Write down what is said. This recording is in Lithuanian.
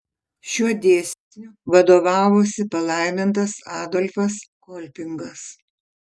šiuo dėsniu vadovavosi palaimintasis adolfas kolpingas